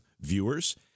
viewers